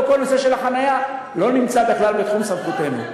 אבל כל הנושא של החניה לא נמצא בכלל בתחום סמכותנו.